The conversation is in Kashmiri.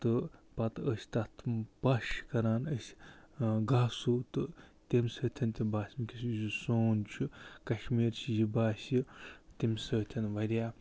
تہٕ پتہٕ ٲسۍ تَتھ پَش کران أسۍ گاسو تہٕ تٔمۍ سٲتیٚن تہِ باسہِ ؤنکیٚنَس یُس یہِ سون چھُ کَشمیٖر چھِ یہِ باسہِ تٔمۍ سۭتۍ واریاہ